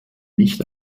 nicht